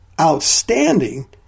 outstanding